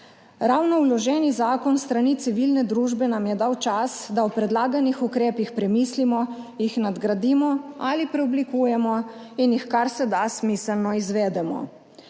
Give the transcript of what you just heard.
Ravno vloženi zakon s strani civilne družbe nam je dal čas, da o predlaganih ukrepih premislimo, jih nadgradimo ali preoblikujemo in jih kar se da smiselno izvedemo.